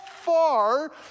far